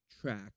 track